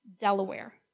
Delaware